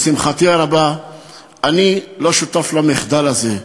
לשמחתי הרבה אני לא שותף למחדל הזה,